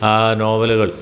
ആ നോവലുകൾ